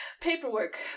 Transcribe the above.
paperwork